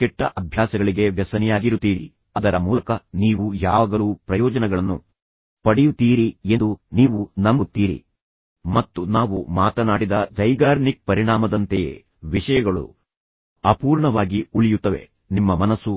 ಕೆಲವು ಕೆಟ್ಟ ಅಭ್ಯಾಸಗಳಿಗೆ ವ್ಯಸನಿಯಾಗಿರುತ್ತೀರಿ ಅದರ ಮೂಲಕ ನೀವು ಯಾವಾಗಲೂ ಪ್ರಯೋಜನಗಳನ್ನು ಪಡೆಯುತ್ತೀರಿ ಎಂದು ನೀವು ನಂಬುತ್ತೀರಿ ಮತ್ತು ನಾವು ಮಾತನಾಡಿದ Zeigarnik ಪರಿಣಾಮದಂತೆಯೇ ವಿಷಯಗಳು ಅಪೂರ್ಣವಾಗಿ ಉಳಿಯುತ್ತವೆ ನಿಮ್ಮ ಮನಸ್ಸು